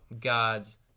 God's